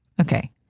Okay